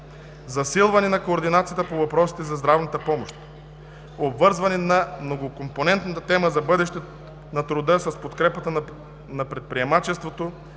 засилване на координацията по въпросите на здравната помощ; - обвързване на многокомпонентната тема за бъдещето на труда с подкрепата за предприемачеството